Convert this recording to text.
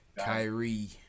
Kyrie